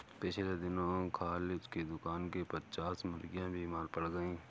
पिछले दिनों खालिद के दुकान की पच्चास मुर्गियां बीमार पड़ गईं